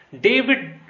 David